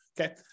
Okay